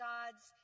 God's